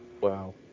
Wow